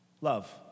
Love